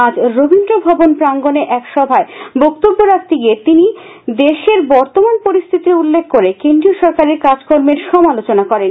আজ রবীন্দ্র ভবন প্রাংগনে এক সভায় বক্তব্য রাখতে গিয়ে তিনি দেশের বর্তমান পরিস্থিতির উল্লেখ করে কেন্দ্রীয় সরকারের কাজকর্মের সমালোচনা করেন